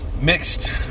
mixed